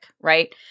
right